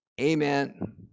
Amen